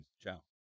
Ciao